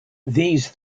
these